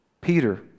Peter